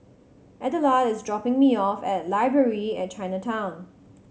Adelard is dropping me off at Library at Chinatown